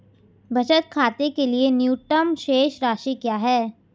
बचत खाते के लिए न्यूनतम शेष राशि क्या है?